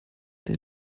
der